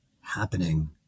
happening